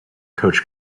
coach